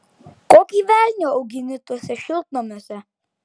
kokį velnią augini tuose šiltnamiuose